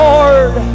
Lord